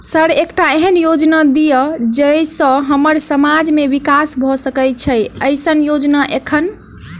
Sir एकटा एहन योजना दिय जै सऽ हम्मर समाज मे विकास भऽ सकै छैय एईसन योजना एखन?